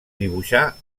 dibuixar